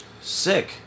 Sick